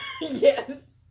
yes